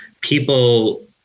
people